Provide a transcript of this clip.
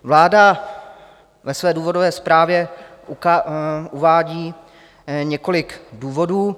Vláda ve své důvodové zprávě uvádí několik důvodů.